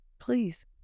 please